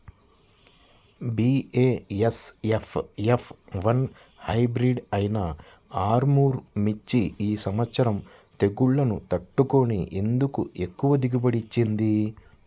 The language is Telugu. బీ.ఏ.ఎస్.ఎఫ్ ఎఫ్ వన్ హైబ్రిడ్ అయినా ఆర్ముర్ మిర్చి ఈ సంవత్సరం తెగుళ్లును తట్టుకొని ఎందుకు ఎక్కువ దిగుబడి ఇచ్చింది?